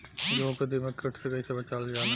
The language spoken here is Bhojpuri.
गेहूँ को दिमक किट से कइसे बचावल जाला?